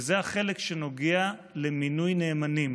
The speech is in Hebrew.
החלק שנוגע למינוי נאמנים.